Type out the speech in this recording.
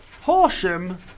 Horsham